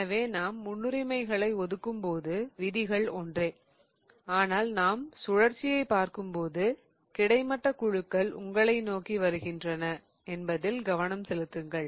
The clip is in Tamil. எனவே நாம் முன்னுரிமைகளை ஒதுக்கும்போது விதிகள் ஒன்றே ஆனால் நாம் சுழற்சியைப் பார்க்கும்போது கிடைமட்ட குழுக்கள் உங்களை நோக்கி வருகின்றன என்பதில் கவனம் செலுத்துங்கள்